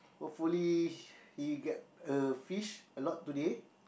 hopefully he get a fish a lot today